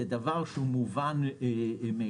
זה דבר שהוא מובן מאליו,